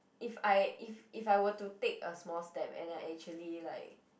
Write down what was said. if I if if I were to take a small step and I actually like